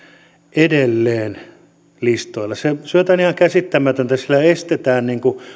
edelleen listoilla se on jotain ihan käsittämätöntä sillä estetään